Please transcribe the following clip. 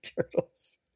turtles